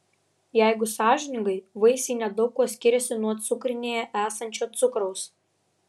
jeigu sąžiningai vaisiai nedaug kuo skiriasi nuo cukrinėje esančio cukraus